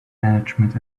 management